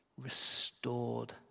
restored